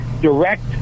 direct